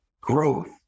growth